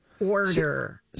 Order